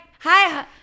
hi